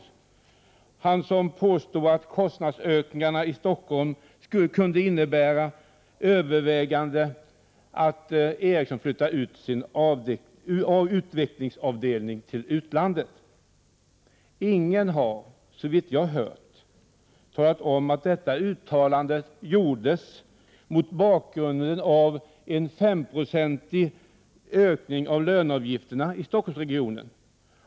Det var han som påstod att kostnadsökningarna i Stockholm kunde innebära överväganden om att flytta ut Ericssons utvecklingsavdelning till utlandet. Ingen har, såvitt jag har hört, talat om att detta uttalande gjordes mot bakgrund av en 5-procentig ökning av löneutgifterna i Stockholmsregionen.